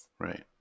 Right